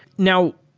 now,